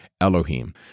Elohim